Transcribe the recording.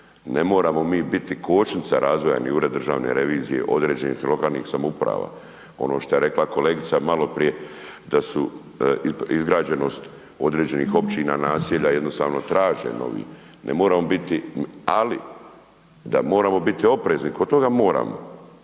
Ne moramo mi biti kočnica razvoja ni Ured državne revizije određenih lokalnih samouprava, ono što je rekla kolegica maloprije da su izgrađenost određenih općina, naselja, jednostavno traže novi. Ne moramo biti, ali da moramo biti oprezni kod toga moramo.